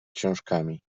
książkami